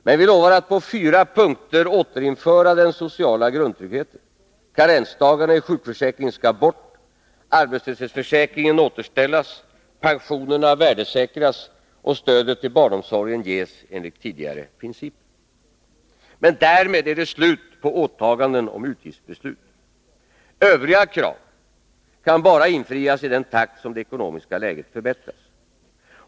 Men vi lovar att på fyra punkter återinföra den sociala grundtryggheten: karensdagarna i sjukförsäkringen skall bort, arbetslöshetsförsäkringen återställas, pensionerna vär desäkras och stödet till barnomsorgen ges enligt tidigare principer. Men därmed är det slut på åtaganden om utgiftsbeslut. Övriga krav kan infrias bara i den takt som det ekonomiska läget förbättras.